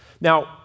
now